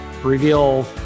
reveal